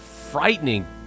frightening